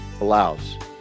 allows